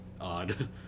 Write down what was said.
odd